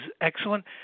excellent